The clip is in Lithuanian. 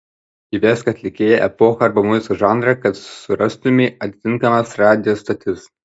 įvesk atlikėją epochą arba muzikos žanrą kad surastumei atitinkamas radijo stotis